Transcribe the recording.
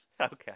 Okay